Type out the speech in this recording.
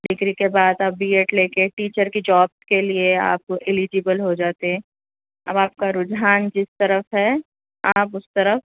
degree کے بعد آپ بی ایڈ لے کے ٹیچر کی جاب کے لیے آپ الیجبل ہو جاتے اب آپ کا رجحان جس طرف ہے آپ اس طرف